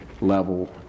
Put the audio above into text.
level